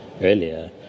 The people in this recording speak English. earlier